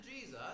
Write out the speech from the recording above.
Jesus